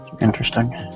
interesting